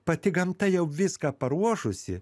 pati gamta jau viską paruošusi